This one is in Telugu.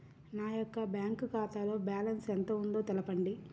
నా యొక్క బ్యాంక్ ఖాతాలో బ్యాలెన్స్ ఎంత ఉందో తెలపండి?